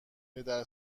پدر